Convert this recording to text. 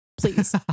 Please